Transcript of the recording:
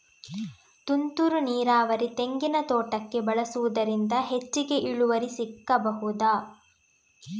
ತುಂತುರು ನೀರಾವರಿ ತೆಂಗಿನ ತೋಟಕ್ಕೆ ಬಳಸುವುದರಿಂದ ಹೆಚ್ಚಿಗೆ ಇಳುವರಿ ಸಿಕ್ಕಬಹುದ?